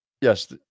Yes